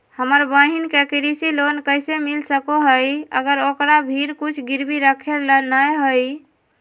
हमर बहिन के कृषि लोन कइसे मिल सको हइ, अगर ओकरा भीर कुछ गिरवी रखे ला नै हइ?